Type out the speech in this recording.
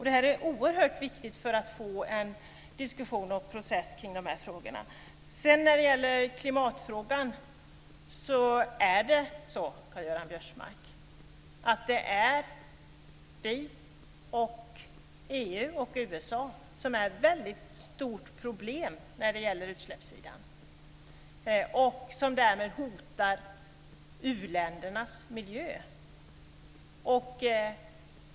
Det är oerhört viktigt för att få en diskussion och en process kring de frågorna. När det gäller klimatfrågan är det så, Karl-Göran Biörsmark, att det är vi, EU och USA som är ett väldigt stort problem när det gäller utsläppssidan och som därmed hotar u-ländernas miljö.